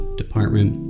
department